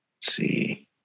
See